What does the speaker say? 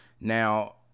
now